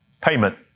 payment